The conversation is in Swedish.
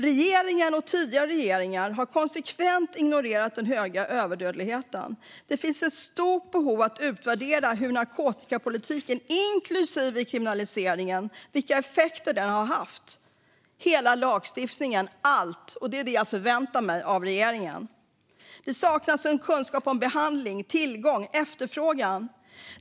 Regeringen och tidigare regeringar har konsekvent ignorerat den höga överdödligheten. Det finns ett stort behov av att utvärdera vilka effekter narkotikapolitiken, inklusive kriminaliseringen, har haft. Hela lagstiftningen, allt, behöver utvärderas, och det är det jag förväntar mig av regeringen. Det saknas en kunskap om behandling, tillgång och efterfrågan.